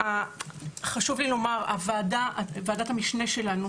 חשוב לי לומר, ועדת המשנה שלנו,